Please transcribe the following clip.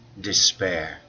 despair